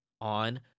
on